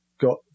got